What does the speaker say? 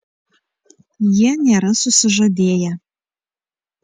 jie nėra susižadėję